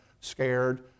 scared